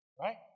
right